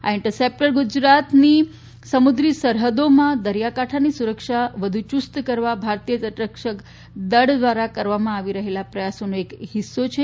આ ઇન્ટરસેપ્ટર ગુજરાતની સમુદ્રી સરહદોમાં દરિયાકાંઠાની સુરક્ષા વધુ યુસ્ત કરવા માટે ભારતીય તટરક્ષકદળ દ્વારા કરવામાં આવી રહેલા પ્રયાસોનો જ એક હિસ્સો છે